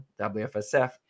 WFSF